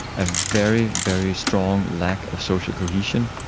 a very, very strong lack of social cohesion,